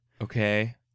Okay